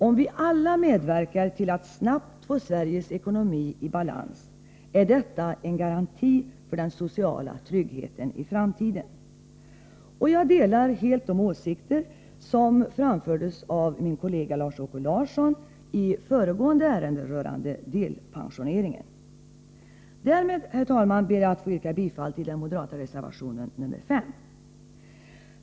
Om vi alla medverkar till att snabbt få Sveriges ekonomi i balans, är detta en garanti för den sociala tryggheten i framtiden. Jag delar helt de åsikter som framfördes av min kollega Lars-Åke Larsson när det gällde föregående ärende, delpensioneringen. Därmed ber jag, herr talman, att få yrka bifall till den moderata reservationen nr 5.